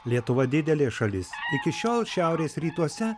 lietuva didelė šalis iki šiol šiaurės rytuose